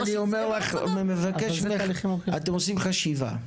אתם עושים חשיבה,